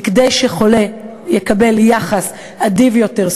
כי כדי שחולה יקבל יחס אדיב יותר,